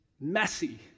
Messy